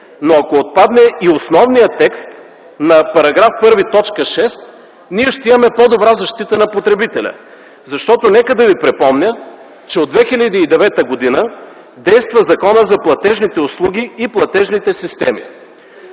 ако отпадне и основният текст на § 1, т. 6, ние ще имаме по-добра защита на потребителя, защото нека да Ви припомня, че от 2009 г. действа Законът за платежните услуги и платежните системи.